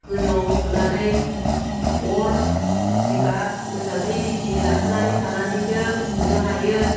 गोजौआव उन्दुनानै अर जिगाब मोजाङै रेडि लाखानानै थानानैसो उन्दुनो हायो